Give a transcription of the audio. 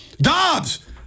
Dobbs